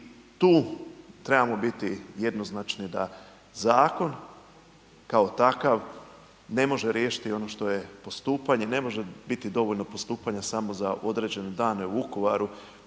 i tu trebamo biti jednoznačni da zakon kao takav ne može riješiti ono što je postupanje, ne može biti dovoljno postupanja samo za određene dane u Vukovaru